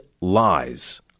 lies